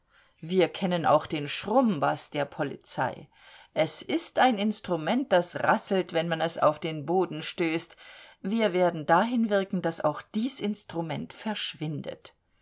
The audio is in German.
wir kennen auch den schrummbaß der polizei es ist ein instrument das rasselt wenn man es auf den boden stößt wir werden dahin wirken daß auch dies instrument verschwindet